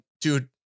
dude